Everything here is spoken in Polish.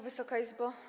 Wysoka Izbo!